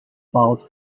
about